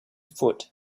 foot